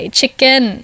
chicken